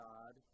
God